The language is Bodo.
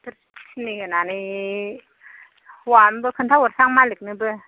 ट्रेक्टर फिननै होनानै हौवानोबो खिन्थाहरसां मालिकनोबो